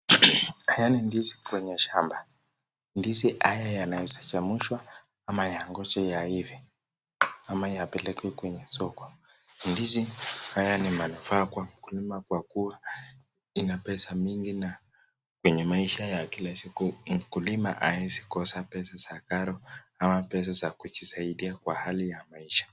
Haya ni ndizi kwenye shamba, ndizi haya yanaweza chemshwa ama yangoje yaive ama yapelekwe kwenye soko, ndizi haya ni manufaa kwa mkulima kwa kuwa ina pesa mingi na kwenye maisha ya kila siku mkulima hawezi kosa pesa za karo ama pesa za kujisaidia kwa hali ya mmaisha.